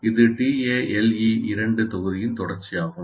இது TALE 2 தொகுதியின் தொடர்ச்சியாகும்